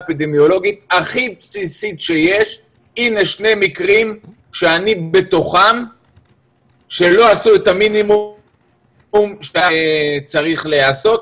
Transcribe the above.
בשני המקרים שאני בתוכם לא עשו את המינימום שהיה צריך לעשות.